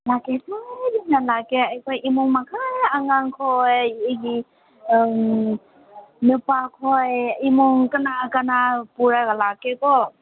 ꯂꯥꯛꯀꯦ ꯁꯣꯏꯗꯅ ꯂꯥꯛꯀꯦ ꯑꯩꯈꯣꯏ ꯏꯃꯨꯡ ꯃꯈꯩ ꯑꯉꯥꯡꯈꯣꯏ ꯑꯩꯒꯤ ꯅꯨꯄꯥ ꯈꯣꯏ ꯏꯃꯨꯡ ꯀꯅꯥ ꯀꯅꯥ ꯄꯨꯔꯒ ꯂꯥꯛꯀꯦꯀꯣ